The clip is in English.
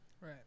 right